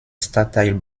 stadtteil